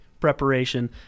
preparation